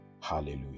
Hallelujah